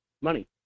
money